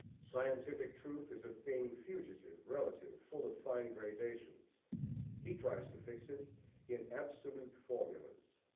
scientific truth is a thing fugitive, relative, full of fine gradations he tries to fix it in absolute formulas.